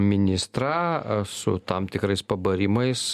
ministrą su tam tikrais pabarimais